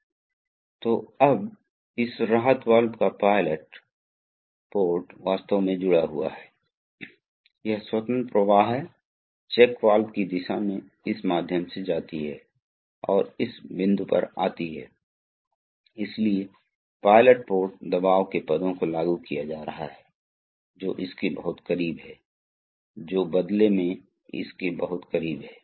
तो यह बनाया गया है ताकि सीधे अन्यथा अगर यह नहीं बनाया जाता तो तरल पदार्थ का यह हिस्सा इस कम प्रतिरोध की वजह से सीधे पंप के द्वारा खींच लिया जायेगा इसलिए इन तरल पदार्थों को खींचI नहीं जाएगा और ये तरल पदार्थ टैंक में समय नहीं बिताएंगे